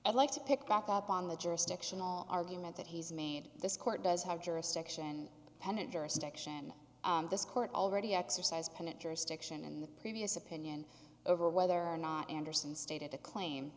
i'd like to pick back up on the jurisdictional argument that he's made this court does have jurisdiction pendent jurisdiction this court already exercise pendent jurisdiction in the previous opinion over whether or not andersen stated a claim